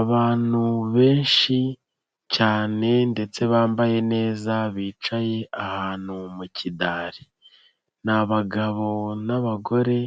Abantu benshi cyane ndetse bambaye neza bicaye ahantu mu kidari, ni abagabo n'abagore